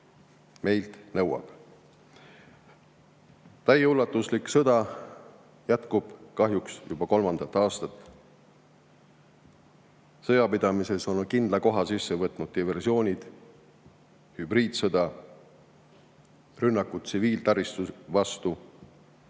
meilt nõuab. Täieulatuslik sõda jätkub kahjuks juba kolmandat aastat. Sõjapidamises on kindla koha sisse võtnud diversioonid, hübriidsõda ja rünnakud tsiviiltaristu vastu.